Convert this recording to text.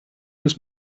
this